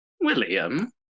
William